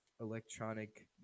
electronic